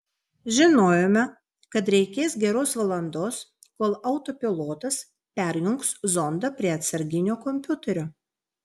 žinojome kad reikės geros valandos kol autopilotas perjungs zondą prie atsarginio kompiuterio